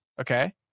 okay